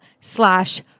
slash